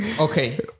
okay